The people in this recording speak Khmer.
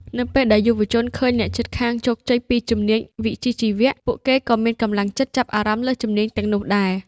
នៅពេលដែលយុវជនឃើញអ្នកជិតខាងជោគជ័យពីជំនាញវិជ្ជាជីវៈ ពួកគេក៏មានកម្លាំងចិត្តចាប់អារម្មណ៍លើជំនាញទាំងនោះដែរ។